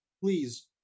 Please